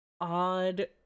odd